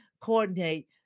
coordinate